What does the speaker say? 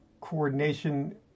coordination